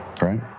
right